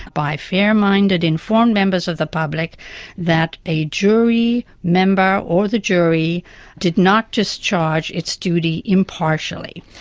by fair-minded, informed members of the public that a jury member or the jury did not discharge its duty impartially.